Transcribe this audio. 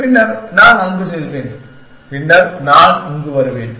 பின்னர் நான் அங்கு செல்வேன் பின்னர் நான் இங்கு வருவேன்